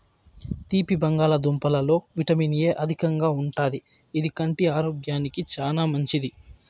తీపి బంగాళదుంపలలో vitamin A అధికంగా ఉంటాది, ఇది కంటి ఆరోగ్యానికి చానా మంచిది